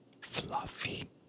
fluffy